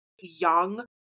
young